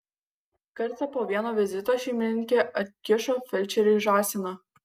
kartą po vieno vizito šeimininkė atkišo felčeriui žąsiną